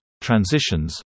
transitions